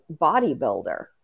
bodybuilder